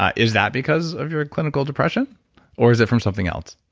ah is that because of your clinical depression or is it from something else?